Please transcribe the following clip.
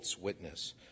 witness